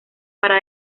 para